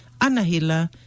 Anahila